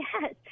Yes